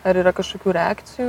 ar yra kašokių reakcijų